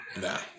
Nah